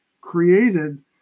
created